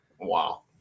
Wow